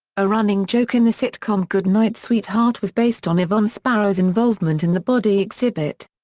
a running joke in the sitcom goodnight sweetheart was based on yvonne sparrow's involvement in the body exhibit.